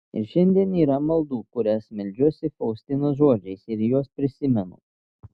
ir šiandien yra maldų kurias meldžiuosi faustinos žodžiais ir juos prisimenu